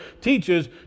teaches